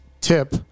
tip